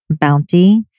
bounty